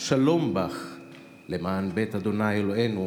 להיות נדיבים וסובלניים,